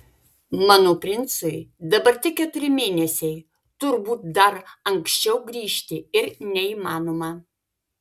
mano princui dabar tik keturi mėnesiai turbūt dar anksčiau grįžti ir neįmanoma